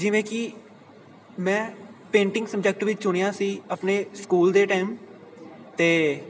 ਜਿਵੇਂ ਕਿ ਮੈਂ ਪੇਂਟਿੰਗ ਸਬਜੈਕਟ ਵੀ ਚੁਣਿਆ ਸੀ ਆਪਣੇ ਸਕੂਲ ਦੇ ਟਾਈਮ ਅਤੇ